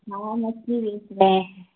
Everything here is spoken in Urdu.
ہاں مچھلی بیچ رہے ہیں